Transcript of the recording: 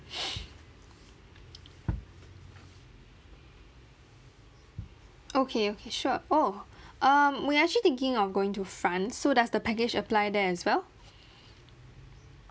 okay okay sure oh um we are actually thinking of going to france so does the package apply there as well